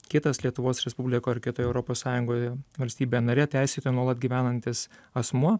kitas lietuvos respublikoje ar kitoje europos sąjungoje valstybė narė teisėtai nuolat gyvenantis asmuo